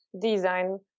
design